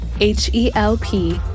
H-E-L-P